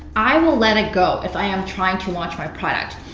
i will let it go if i am trying to launch my product.